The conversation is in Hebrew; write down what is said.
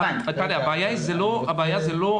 ברגע שיהיה אישור של משרד הבריאות